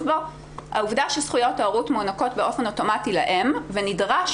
בו העובדה שזכויות ההורות מוענקות באופן אוטומטי לאם ונדרש